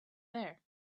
there